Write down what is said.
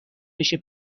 بشه